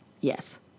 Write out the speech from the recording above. Yes